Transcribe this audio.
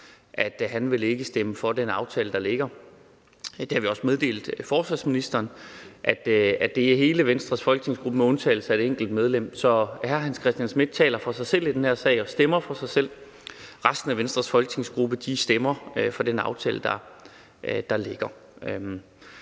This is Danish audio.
at han ikke vil stemme for den aftale, der ligger, og vi har også meddelt forsvarsministeren, at det er hele Venstres folketingsgruppe med undtagelse af et enkelt medlem. Så hr. Hans Christian Schmidt taler for sig selv i den her sag og stemmer for sig selv. Resten af Venstres folketingsgruppe stemmer for den aftale, der ligger.